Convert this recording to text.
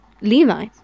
levi